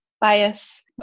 bias